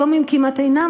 היום הם כמעט אינם,